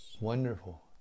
Wonderful